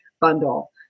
bundle